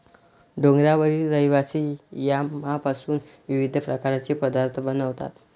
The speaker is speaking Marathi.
डोंगरावरील रहिवासी यामपासून विविध प्रकारचे पदार्थ बनवतात